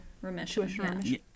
remission